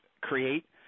create